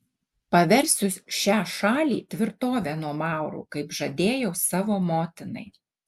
paversiu šią šalį tvirtove nuo maurų kaip žadėjau savo motinai